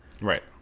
Right